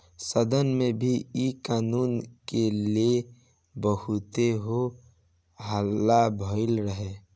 सदन में भी इ कानून के ले बहुते हो हल्ला भईल रहे